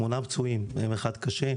שמונה פצועים עם אחד קשה,